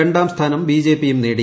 രണ്ടാം സ്ഥാനം ബിജെപിയും നേടി